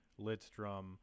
Lidstrom